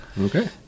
okay